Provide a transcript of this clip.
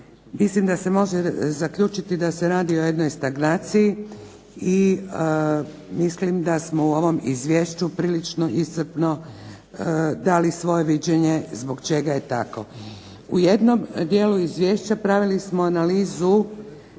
mislim da se može zaključiti da se radi o jednoj stagnaciji i mislim da smo u ovom izvješću prilično iscrpno odali svoje viđenje zbog čega je tako. U jednom dijelu izvješća pravili smo analizu